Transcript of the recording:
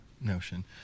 Notion